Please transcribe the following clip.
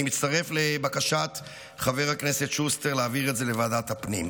אני מצטרף לבקשת חבר הכנסת שוסטר להעביר את זה לוועדת הפנים.